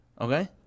Okay